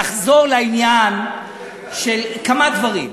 לחזור לעניין של, כמה דברים.